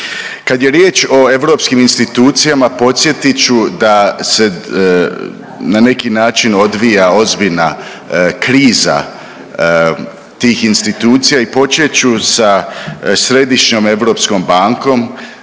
Kad je riječ o europskim institucijama podsjetit ću da se na neki način odvija ozbiljna kriza tih institucija i počet ću sa Središnjom europskom bankom